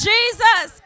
Jesus